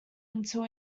until